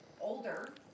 older